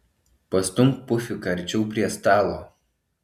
pastumk pufiką arčiau prie stalo